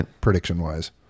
prediction-wise